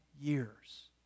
years